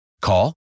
Call